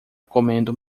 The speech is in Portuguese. comendo